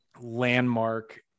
landmark